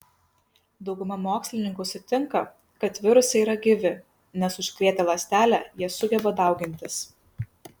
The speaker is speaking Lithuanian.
dauguma mokslininkų sutinka kad virusai yra gyvi nes užkrėtę ląstelę jie sugeba daugintis